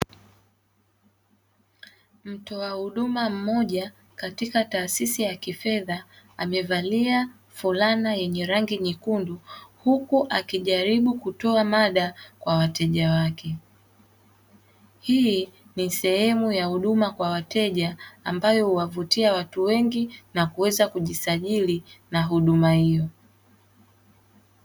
Mtoa huduma moja katika taasisi ya kifedha amevalia fulana yenye rangi nyekundu, huku akijaribu kutoa mada kwa wateja wake. Hii ni sehemu ya huduma kwa wateja, ambayo huwavutia watu wengi na kuweza kujisajili na huduma hiyo.